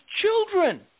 children